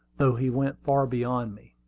though he went far beyond me.